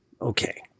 okay